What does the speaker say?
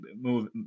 move